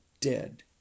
dead